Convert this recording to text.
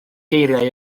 geiriau